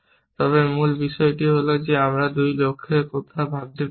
তবে মূল বিষয়টি হল আমি দুটি লক্ষ্যের কথা ভাবতে পারি না